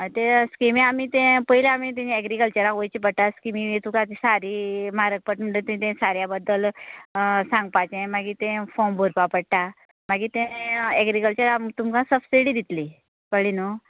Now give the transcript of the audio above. तें स्किमी आमी तें पयलें आमी तें अेग्रिकल्चरान वयचें पडटा स्किमी तुका ते सारें म्हारग पडटा म्हणल्यार तुवें ते साऱ्या बद्दल सांगपाचे मागीर तें फॉर्म भरपाक पडटा मागीर ते अेग्रिकल्चर आहा म्हण तुमकां सबसिडी दितली कळ्ळे नु